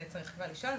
זה צריך כבר לשאול.